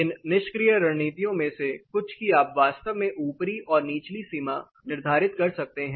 इन निष्क्रिय रणनीतियों में से कुछ की आप वास्तव में ऊपरी और निचली सीमा निर्धारित कर सकते हैं